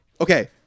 okay